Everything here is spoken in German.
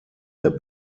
der